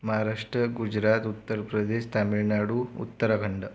Maharashtra Gujarat Uttar Pradesh Tamil Nadu Uttarakhand